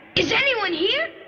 is anyone here?